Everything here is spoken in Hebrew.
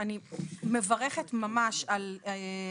אני מבינה את דקויות של הסמנטיקה והמילים